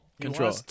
control